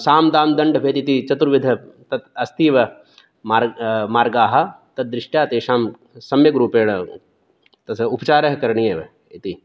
सामदानदण्डभेदः इति चतुर्विधः तद् अस्त्येव मार्ग् मार्गाः तद् दृष्ट्या तेषां सम्यक् रूपेण तस्य उपचारः करणीयः एव इति